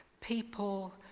people